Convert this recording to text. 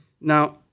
Now